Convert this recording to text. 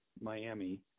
Miami